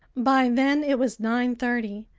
by then it was nine thirty.